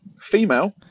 female